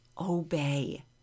obey